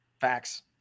facts